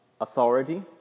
authority